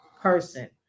person